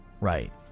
Right